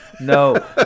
No